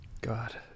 God